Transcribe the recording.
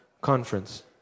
conference